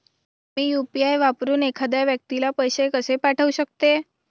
मी UPI वापरून एखाद्या व्यक्तीला पैसे कसे पाठवू शकते?